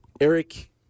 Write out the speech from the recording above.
Eric